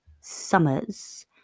Summers